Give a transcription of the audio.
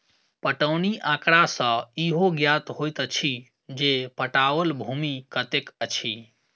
पटौनी आँकड़ा सॅ इहो ज्ञात होइत अछि जे पटाओल भूमि कतेक अछि